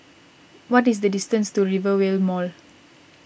what is the distance to Rivervale Mall